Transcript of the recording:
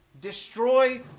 Destroy